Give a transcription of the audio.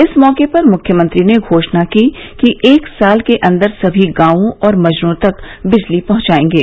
इस मौके पर मुख्यमंत्री ने घोषणा की कि एक साल के अन्दर सभी गांवों और मजरों तक बिजली पहंचायेंगे